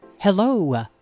Hello